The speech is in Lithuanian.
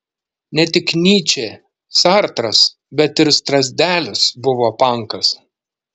ne tik nyčė sartras bet ir strazdelis buvo pankas